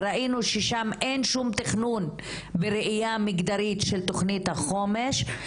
וראינו ששם אין שום תכנון בראייה מגדרית של תכנית החומש,